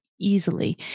easily